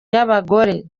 y’abagore